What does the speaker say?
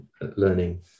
learning